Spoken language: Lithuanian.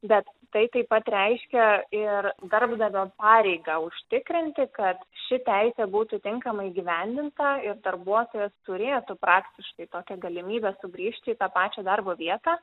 bet tai taip pat reiškia ir darbdavio pareigą užtikrinti kad ši teisė būtų tinkamai įgyvendinta ir darbuotojas turėtų praktiškai tokią galimybę sugrįžti į tą pačią darbo vietą